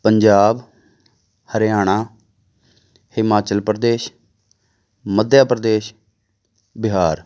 Punjab Haryana Himachal Pradesh Madhya Pradesh Bihar